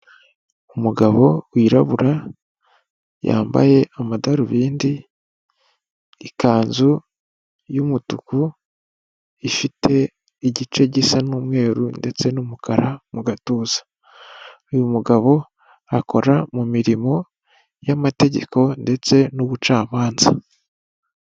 Umugabo wirabura yambaye amadarubindi, ikanzu yumutuku, ifite igice gisa n'umweru ndetse n'umukara mu gatuza uyu mugabo akora mu mirimo y'amategeko ndetse n'ubucamanza.